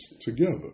together